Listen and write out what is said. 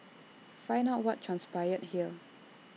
find out what transpired here